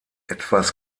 etwas